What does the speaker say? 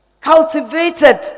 cultivated